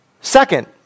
Second